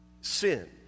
Sin